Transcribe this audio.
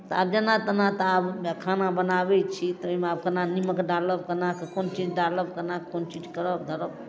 तऽ आब जेना तेना तऽ आब खाना बनाबै छी तऽ ओहिमे आब केना निमक डालब केना केना कऽ कोन चीज डालब केना कोन चीज करब धरब